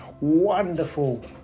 wonderful